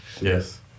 Yes